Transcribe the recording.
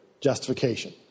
justification